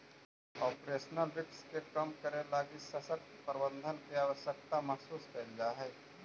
operational risk के कम करे लगी सशक्त प्रबंधन के आवश्यकता महसूस कैल जा हई